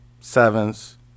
sevens